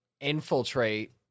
infiltrate